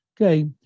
okay